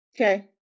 Okay